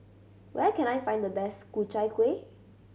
where can I find the best Ku Chai Kueh